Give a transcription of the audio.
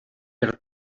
per